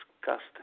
disgusting